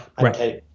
Right